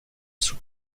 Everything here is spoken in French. sous